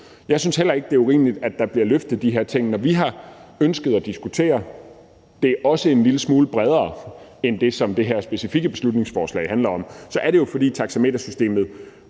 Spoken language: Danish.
Jeg synes heller ikke, det er urimeligt, at de her ting bliver løftet. Når vi har ønsket at diskutere det også en lille smule bredere end det, som det her specifikke beslutningsforslag handler om, så er det jo, fordi taxametersystemet